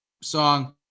song